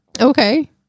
Okay